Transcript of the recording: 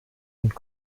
und